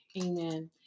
amen